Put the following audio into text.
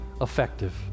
effective